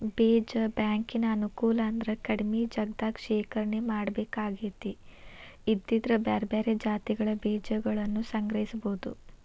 ಬೇಜ ಬ್ಯಾಂಕಿನ ಅನುಕೂಲ ಅಂದ್ರ ಕಡಿಮಿ ಜಗದಾಗ ಶೇಖರಣೆ ಮಾಡ್ಬೇಕಾಕೇತಿ ಇದ್ರಿಂದ ಬ್ಯಾರ್ಬ್ಯಾರೇ ಜಾತಿಗಳ ಬೇಜಗಳನ್ನುಸಂಗ್ರಹಿಸಬೋದು